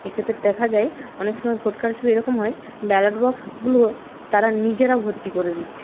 এক্ষেত্রে দেখা যায় অনেকসময় ভোট কারচুপি এরকম হয় ব্যালট বক্সগুলো তারা নিজেরা ভর্তি করে দিচ্ছে